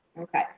okay